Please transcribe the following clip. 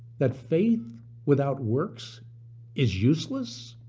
that faith without works is useless?